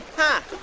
huh.